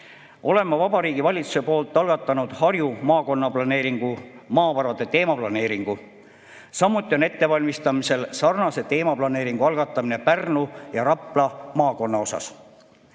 Oleme Vabariigi Valitsuses algatanud Harju maakonnaplaneeringu maavarade teemaplaneeringu, samuti on ettevalmistamisel sarnase teemaplaneeringu algatamine Pärnu ja Rapla maakonnas.